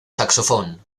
saxofón